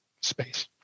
space